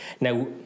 now